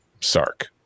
Sark